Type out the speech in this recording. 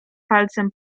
palcem